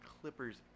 Clippers